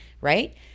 right